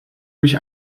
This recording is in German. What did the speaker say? durch